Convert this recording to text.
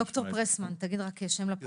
ד"ר פרסמן, תגיד רק שם לפרוטוקול.